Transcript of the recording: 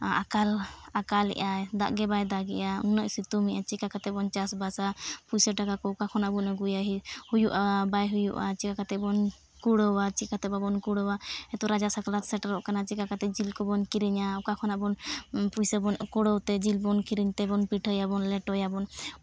ᱟᱠᱟᱞ ᱟᱠᱟᱞᱮᱫ ᱟᱭ ᱫᱟᱜ ᱜᱮ ᱵᱟᱭ ᱫᱟᱜ ᱮᱫᱼᱟ ᱩᱱᱟᱹᱜ ᱥᱤᱛᱩᱝ ᱮᱫ ᱟᱭ ᱪᱤᱠᱟᱹ ᱠᱟᱛᱮᱫ ᱵᱚᱱ ᱪᱟᱥ ᱵᱟᱥᱟ ᱯᱩᱭᱥᱟᱹ ᱴᱟᱠᱟ ᱠᱚ ᱚᱠᱟ ᱠᱷᱚᱱᱟᱜ ᱵᱚᱱ ᱟᱹᱜᱩᱭᱟ ᱦᱩᱭᱩᱜᱼᱟ ᱵᱟᱭ ᱦᱩᱭᱩᱜᱼᱟ ᱪᱤᱠᱟᱹ ᱠᱟᱛᱮᱫ ᱵᱚᱱ ᱠᱩᱲᱟᱹᱣᱟ ᱪᱤᱠᱟᱹᱛᱮ ᱵᱟᱵᱚᱱ ᱠᱩᱲᱟᱹᱣᱟ ᱱᱤᱛᱚᱜ ᱨᱟᱡᱟ ᱥᱟᱠᱨᱟᱛ ᱥᱮᱴᱮᱨᱚᱜ ᱠᱟᱱᱟ ᱪᱤᱠᱟᱹ ᱠᱟᱛᱮᱫ ᱡᱤᱞ ᱠᱚᱵᱚᱱ ᱠᱤᱨᱤᱧᱟ ᱚᱠᱟ ᱠᱷᱚᱱᱟᱜ ᱯᱚᱭᱥᱟ ᱵᱚᱱ ᱠᱩᱲᱟᱹᱣ ᱛᱮ ᱡᱤᱞ ᱵᱚᱱ ᱠᱤᱨᱤᱧ ᱛᱮᱵᱚᱱ ᱯᱤᱴᱷᱟᱹᱭᱟᱵᱚᱱ ᱞᱮᱴᱚᱭᱵᱚᱱ